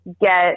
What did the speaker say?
get